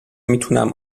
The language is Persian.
میتونم